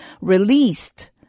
released